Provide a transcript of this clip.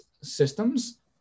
systems